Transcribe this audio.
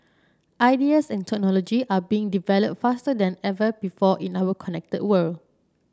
ideas and technology are being developed faster than ever before in our connected world